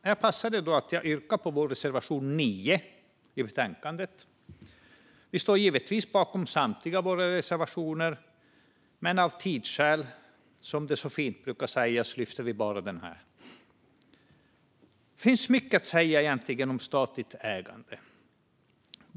Här passar det att jag yrkar bifall till reservation 9 i betänkandet. Vi står givetvis bakom samtliga våra reservationer, men av tidsskäl, som det så fint brukar sägas, lyfter vi bara denna. Det finns egentligen mycket att säga om statligt ägande.